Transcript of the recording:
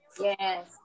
Yes